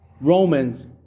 Romans